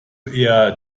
eher